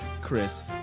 Chris